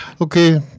Okay